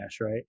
right